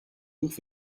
buch